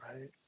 right